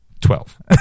Twelve